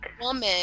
woman